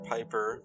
Piper